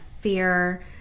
fear